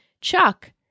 Chuck